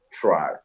try